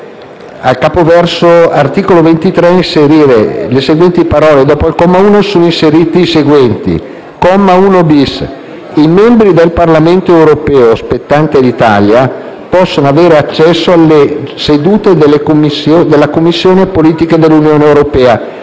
1, capoverso* «Art. 23.» *inserire le seguenti parole*: «Dopo il comma 1 sono inseriti i seguenti: "1-*bis*. I membri del Parlamento europeo spettanti all'Italia possono avere accesso alle sedute della Commissione politiche dell'Unione europea,